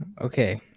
Okay